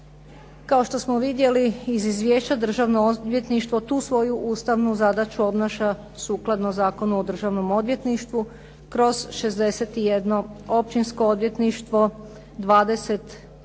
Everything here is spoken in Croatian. Kao što smo vidjeli iz Izvješća Državno odvjetništvo tu svoju ustavnu zadaću obnaša sukladno Zakonu o Državnom odvjetništvu, kroz 61 općinsko odvjetništvo, 20